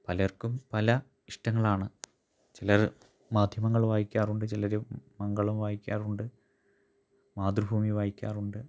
പലർക്കും പല ഇഷ്ടങ്ങളാണ് ചിലർ മാധ്യമങ്ങൾ വായിക്കാറുണ്ട് ചിലർ മംഗളം വായിക്കാറുണ്ട് മാതൃഭൂമി വായിക്കാറുണ്ട്